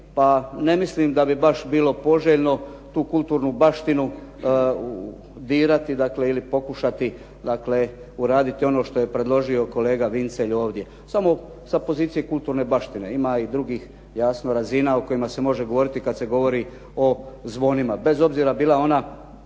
ne mislim da bi baš bilo poželjno tu kulturnu baštinu dirati ili pokušati uraditi ono što je predložio kolega Vincelj ovdje samo sa pozicije kulturne baštine. Ima i drugih jasno razina o kojima se može govoriti kad se govori o zvonima